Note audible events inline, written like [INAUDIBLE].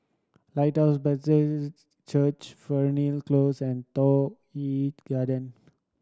Lighthouse [UNINTELLIGIBLE] Church Fernhill Close and Toh Yi Garden